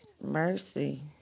Mercy